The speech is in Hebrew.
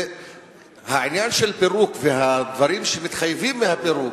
העניין של פירוק והדברים שמתחייבים מהפירוק,